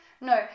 No